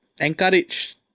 encourage